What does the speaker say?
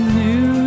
new